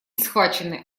схвачены